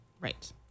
Right